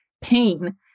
pain